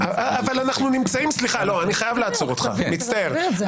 אני חייב לעצור אותך, מצטער.